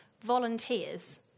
volunteers